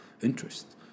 interest